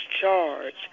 charge